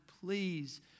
please